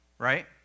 Right